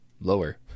lower